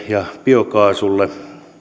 ja biokaasulle